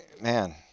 man